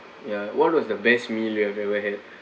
ya what was the best meal you've ever had